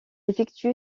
effectue